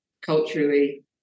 culturally